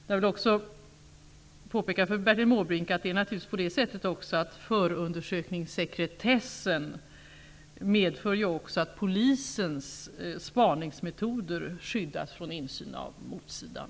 Jag vill påpeka för Bertil Måbrink att förundersökningssekretessen också medför att polisens spaningsmetoder skyddas från insyn av motsidan.